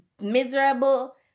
miserable